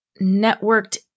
networked